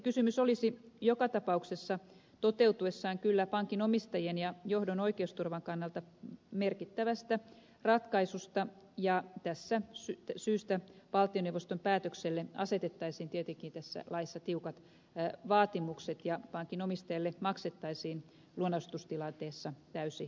kysymys olisi joka tapauksessa toteutuessaan kyllä pankin omistajien ja johdon oikeusturvan kannalta merkittävästä ratkaisusta ja tästä syystä valtioneuvoston päätökselle asetettaisiin tietenkin tässä laissa tiukat vaatimukset ja pankin omistajille maksettaisiin lunastustilanteessa täysi korvaus